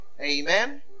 Amen